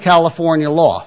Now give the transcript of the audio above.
california law